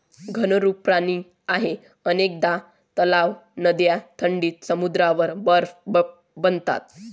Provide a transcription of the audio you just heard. घनरूप पाणी आहे अनेकदा तलाव, नद्या थंडीत समुद्रावर बर्फ बनतात